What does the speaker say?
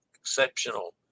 exceptional